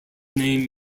name